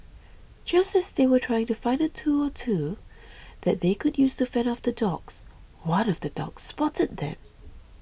just as they were trying to find a tool or two that they could use to fend off the dogs one of the dogs spotted them